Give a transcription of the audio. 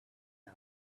out